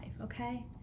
okay